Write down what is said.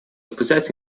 сказать